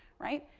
right,